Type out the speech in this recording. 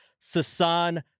Sasan